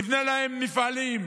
נבנה להם מפעלים,